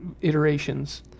iterations